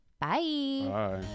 Bye